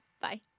Bye